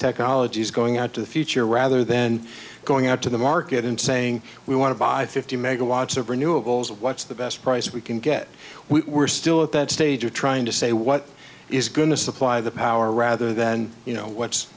technologies going out to the future rather than going out to the market and saying we want to buy thirty megawatts of renewables what's the best price we can get we were still at that stage of trying to say what is going to supply the power rather than you know what's